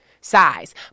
size